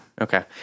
Okay